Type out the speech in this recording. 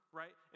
right